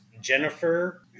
Jennifer